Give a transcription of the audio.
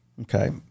Okay